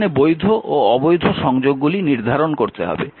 এখানে বৈধ ও অবৈধ সংযোগগুলি নির্ধারণ করতে হবে